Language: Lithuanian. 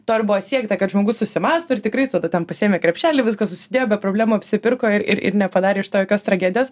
to ir buvo siekta kad žmogus susimąsto ir tikrai jis tada tam pasiėmė krepšelį viskas susidėjo be problemų apsipirko ir ir ir nepadarė iš to jokios tragedijos